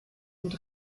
und